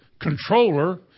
controller